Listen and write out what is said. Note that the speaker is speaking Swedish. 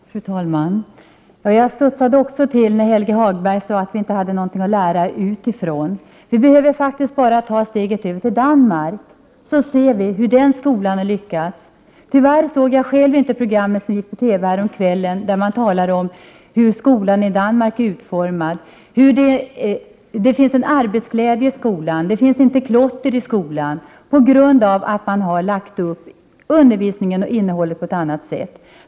Fru talman! Jag studsade också till när Helge Hagberg sade att vi inte har någonting att lära utifrån. Vi behöver faktiskt bara ta steget över till Danmark, så ser vi hur den skolan har lyckats. Tyvärr såg jag själv inte programmet som gick på TV häromkvällen, där man talade om hur skolan i Prot. 1988/89:63 Danmark är utformad. Det finns en arbetsglädje i den skolan, och det finns 8 februari 1989 inget klotter, eftersom man har lagt upp undervisningen och innehållet på ett annat sätt.